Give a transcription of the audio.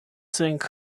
sink